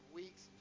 weeks